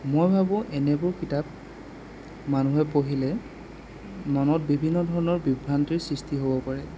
মই ভাবোঁ এনেবোৰ কিতাপ মানুহে পঢ়িলে মনত বিভিন্ন ধৰণৰ বিভ্ৰান্তিৰ সৃষ্টি হ'ব পাৰে